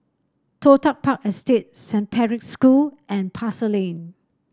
Toh Tuck Park Estate Saint Patrick's School and Pasar Lane